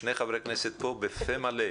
שני חברי כנסת פה, בפה מלא.